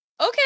Okay